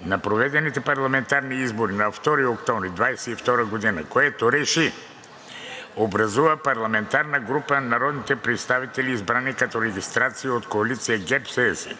на проведените парламентарни избори на 2 октомври 2022 г., което РЕШИ: 1. Образува парламентарна група на народните представители, избрани като регистрации от Коалиция ГЕРБ-СДС